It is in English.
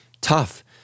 tough